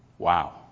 wow